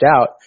out